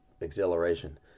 exhilaration